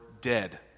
dead